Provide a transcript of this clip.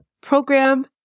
program